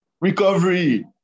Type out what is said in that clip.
recovery